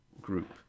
group